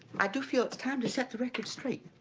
i do feel it's time to set the record straight.